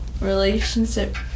relationship